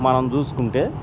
మనం చూసుకుంటే